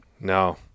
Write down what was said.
no